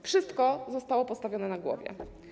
Wszystko zostało postawione na głowie.